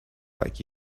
like